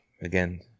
again